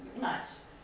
Nice